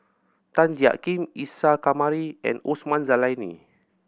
Tan Jiak Kim Isa Kamari and Osman Zailani